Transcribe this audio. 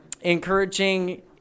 encouraging